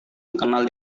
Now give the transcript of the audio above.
dikenal